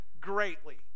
greatly